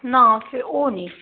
ਨਾ ਫਿਰ ਉਹ ਨਹੀਂ